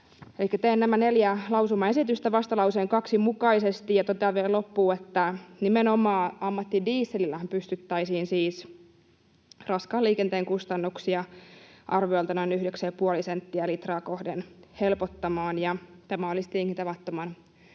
teen nämä neljä lausumaesitystä vastalauseen 2 mukaisesti. Totean vielä loppuun, että nimenomaan ammattidieselillähän pystyttäisiin siis raskaan liikenteen kustannuksia arviolta noin 9,5 senttiä litraa kohden helpottamaan, ja tämä olisi tietenkin tavattoman